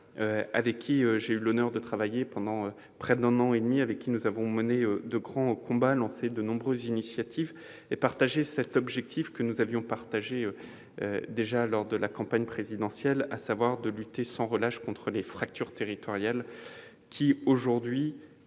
avec qui j'ai eu l'honneur de travailler pendant près d'un an et demi. Nous avons mené de grands combats, lancé de nombreuses initiatives et partagé cet objectif que nous avions déjà en commun lors de la campagne présidentielle, à savoir la lutte sans relâche contre les fractures territoriales encore